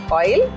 oil